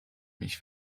mich